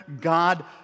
God